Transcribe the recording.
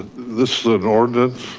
this is an ordinance.